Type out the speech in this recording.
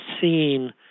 seen